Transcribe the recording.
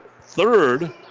third